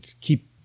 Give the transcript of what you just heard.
keep